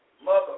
Mother